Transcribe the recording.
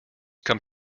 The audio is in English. come